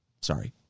Sorry